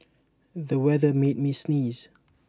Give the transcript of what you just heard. the weather made me sneeze